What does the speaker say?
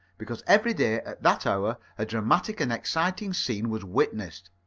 because every day at that hour a dramatic and exciting scene was witnessed.